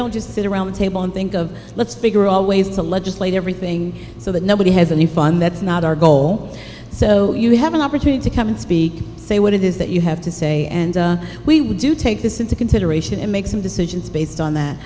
don't just sit around the table and think of let's figure all ways to legislate everything so that nobody has any fun that's not our goal so you have an opportunity to come and speak say what it is that you have to say and we would do take this into consideration and make some decisions based on that